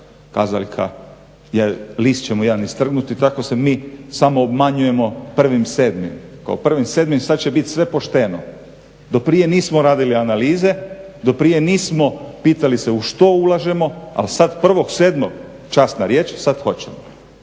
kazaljka, list ćemo jedan istrgnuti. Tako se mi samoobmanjujemo 1.7. Kao 1.7.sada će biti sve pošteno. Do prije nismo radili analize, do prije nismo pitali se u što ulažemo ali sada 1.7., časna riječ sada hoćemo.